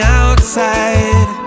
outside